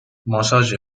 ماساژ